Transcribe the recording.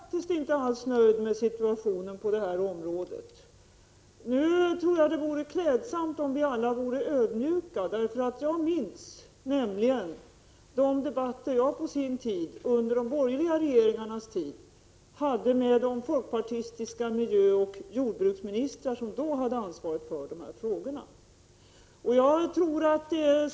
Herr talman! Nej, jag är faktiskt inte alls nöjd med situationen på det här området. Men jag tror ändå att det vore klädsamt om vi alla vore litet ödmjuka. Jag minns nämligen de debatter jag under de borgerliga regeringarnas tid förde med de folkpartistiska miljöoch jorbruksministrar som då hade ansvaret för dessa frågor.